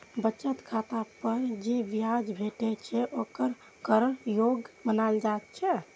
बचत खाता पर जे ब्याज भेटै छै, ओकरा कर योग्य मानल जाइ छै